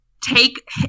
take